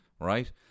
Right